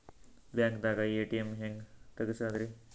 ಬ್ಯಾಂಕ್ದಾಗ ಎ.ಟಿ.ಎಂ ಹೆಂಗ್ ತಗಸದ್ರಿ?